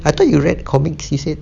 I thought you read comics you said